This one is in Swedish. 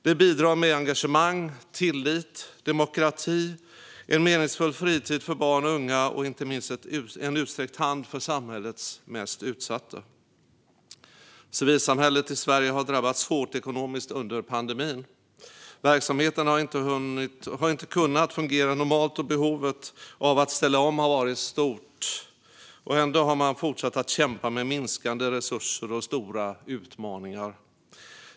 Det bidrar med engagemang, tillit, demokrati, en meningsfull fritid för barn och unga och inte minst en utsträckt hand för samhällets mest utsatta. Civilsamhället i Sverige har drabbats hårt ekonomiskt under pandemin. Verksamheterna har inte kunnat fungera normalt, och behovet av att ställa om har varit stort. Ändå har man fortsatt att kämpa med minskande resurser och stora utmaningar.